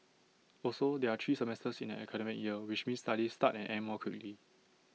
also there are three semesters in an academic year which means studies start and end more quickly